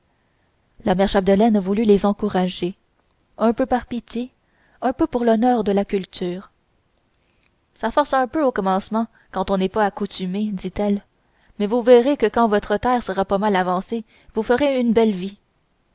la mère chapdelaine voulut les encourager un peu par pitié un peu ont l'honneur de la culture ça force un peu au commencement quand on n'est pas accoutumé dit-elle mais vous verrez que quand votre terre sera pas mal avancée vous ferez une belle vie